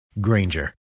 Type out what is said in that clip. Granger